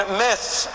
myths